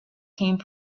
came